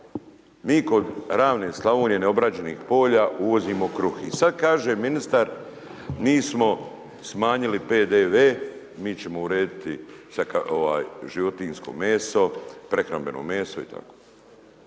Mi kod ravne Slavonije, neobrađenih polja uvozimo kruh i sada kaže ministar, mi smo smanjili PDV mi ćemo urediti životinjsko meso, prehrambeno meso itd.